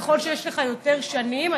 ככל שיש לך יותר שנים,